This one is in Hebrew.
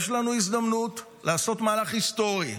יש לנו הזדמנות לעשות מהלך היסטורי.